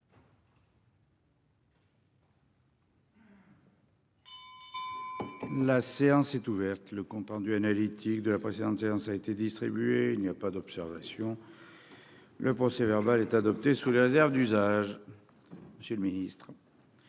La séance est ouverte. Le compte-rendu analytique de la précédente séance a été distribué. Il n'y a pas d'observation. Le procès verbal est adopté sous les réserves d'usage. Monsieur le Ministre.